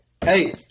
Hey